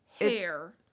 hair